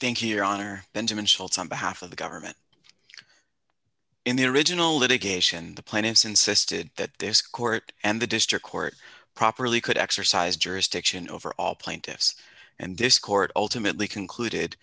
thank you your honor benjamin shelton behalf of the government in the original litigation the plaintiffs insisted that this court and the district court properly could exercise jurisdiction over all plaintiffs and this court ultimately concluded